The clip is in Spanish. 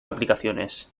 aplicaciones